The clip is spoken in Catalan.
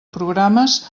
programes